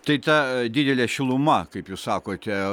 tai ta didele šiluma kaip jūs sakote